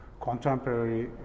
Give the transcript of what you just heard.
contemporary